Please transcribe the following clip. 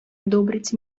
одобрить